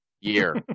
year